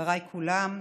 חבריי כולם,